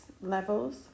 levels